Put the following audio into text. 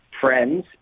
friends